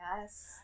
yes